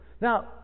Now